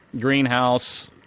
greenhouse